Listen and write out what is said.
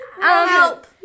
Help